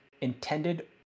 intended